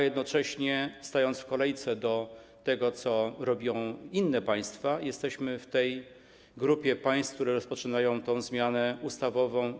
Jednocześnie stając w kolejce do tego, co robią inne państwa, jesteśmy jednym z pierwszych w grupie państw, które rozpoczynają tę zmianę ustawową.